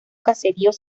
caseríos